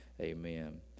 Amen